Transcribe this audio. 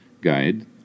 Guide